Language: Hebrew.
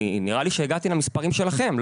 נראה לי שהגעתי למספרים שלכם.